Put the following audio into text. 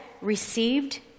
received